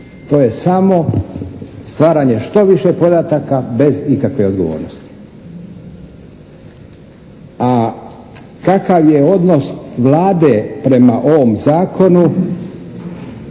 To je samo stvaranje što više podataka bez ikakve odgovornosti. A kakav je odnos Vlade prema ovom zakonu